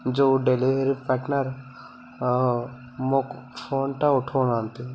ଯେଉଁ delivery partner ମୋ ଫୋନ୍ଟା ଉଠାଉ ନାହାନ୍ତି